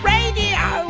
Radio